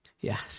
yes